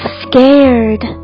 scared